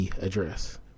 address